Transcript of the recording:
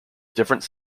different